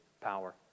power